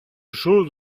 chose